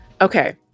okay